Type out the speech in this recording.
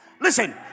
Listen